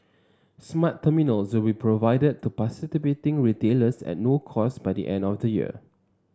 smart terminals will be provided to participating retailers at no cost by the end of the year